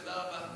תודה רבה.